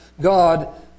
God